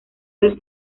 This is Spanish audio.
del